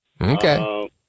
Okay